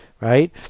right